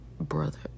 brother